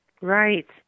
Right